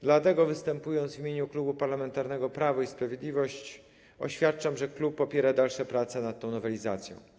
Dlatego występując w imieniu Klubu Parlamentarnego Prawo i Sprawiedliwość, oświadczam, że klub popiera dalsze prace nad tą nowelizacją.